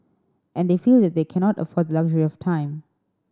and they feel that they cannot afford the luxury of time